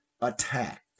attacked